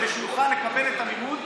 כדי שהוא יוכל לקבל את המימון?